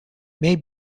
may